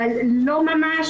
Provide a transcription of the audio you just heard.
אבל לא ממש,